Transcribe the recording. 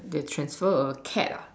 they transfer a cat lah